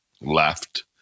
left